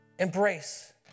Embrace